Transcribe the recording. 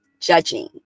judging